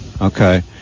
Okay